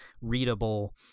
readable